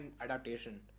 adaptation